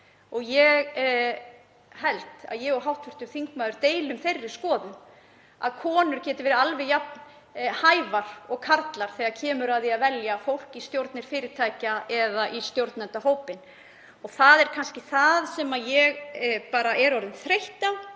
Ég held að ég og hv. þingmaður deilum þeirri skoðun að konur geti verið alveg jafn hæfar og karlar þegar kemur að því að velja fólk í stjórnir fyrirtækja eða í stjórnendahópinn. Það er kannski það sem ég er bara orðin þreytt á.